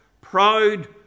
proud